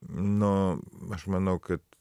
nu aš manau kad